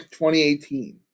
2018